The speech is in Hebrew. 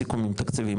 סיכומים תקציבים,